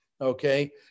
Okay